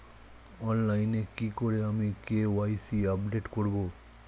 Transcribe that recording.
অনলাইনে কি করে আমি কে.ওয়াই.সি আপডেট করব?